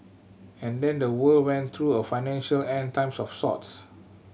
and then the world went through a financial End Times of sorts